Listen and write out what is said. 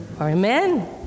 Amen